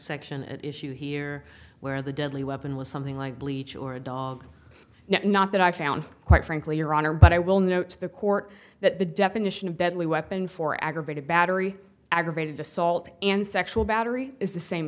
section at issue here where the deadly weapon was something like bleach or a dog not that i found quite frankly your honor but i will note to the court that the definition of deadly weapon for aggravated battery aggravated assault and sexual battery is the same